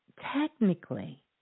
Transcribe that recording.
technically